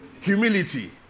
Humility